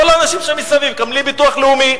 כל האנשים שם מסביב מקבלים ביטוח לאומי,